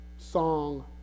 song